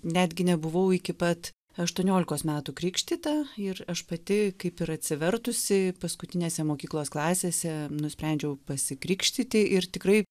netgi nebuvau iki pat aštuoniolikos metų krikštyta ir aš pati kaip ir atsivertusi paskutinėse mokyklos klasėse nusprendžiau pasikrikštyti ir tikrai